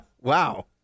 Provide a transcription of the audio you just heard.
wow